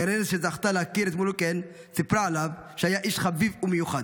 גננת שזכתה להכיר את מולקן סיפרה עליו שהיה איש חביב ומיוחד,